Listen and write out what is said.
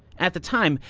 at the time,